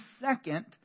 second